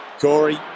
Corey